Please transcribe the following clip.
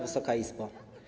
Wysoka Izbo!